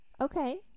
Okay